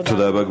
תודה רבה.